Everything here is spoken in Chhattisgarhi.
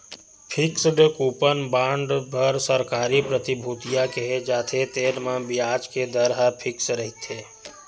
फिक्सड कूपन बांड बर सरकारी प्रतिभूतिया केहे जाथे, तेन म बियाज के दर ह फिक्स रहिथे